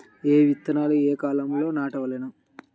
ఏ విత్తనాలు ఏ కాలాలలో నాటవలెను?